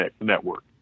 network